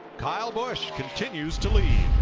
kyle busch continues to lead.